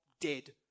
dead